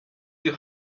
you